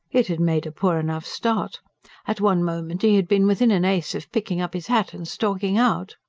it had made a poor enough start at one moment he had been within an ace of picking up his hat and stalking out.